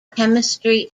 chemistry